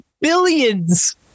billions